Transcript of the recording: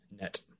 net